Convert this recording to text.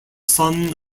son